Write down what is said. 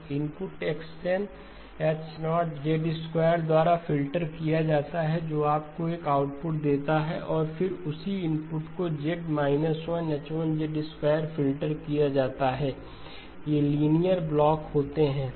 तो input x n H 0 द्वारा filter किया जाता है जो आपको एक आउटपुट देता है और फिर उसी इनपुट को Z 1H1 फ़िल्टर किया जाता है ये लीनियर ब्लॉक होते हैं